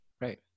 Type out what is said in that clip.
Right